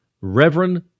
Reverend